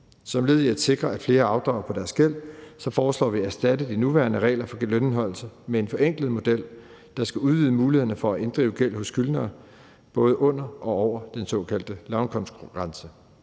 Som led i at sikre, at flere afdrager på deres gæld, foreslår vi at erstatte de nuværende regler for lønindeholdelse med en forenklet model, der skal udvide mulighederne for at inddrive gæld hos skyldnere både under og over den såkaldte lavindkomstgrænse.